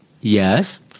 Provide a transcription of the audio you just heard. Yes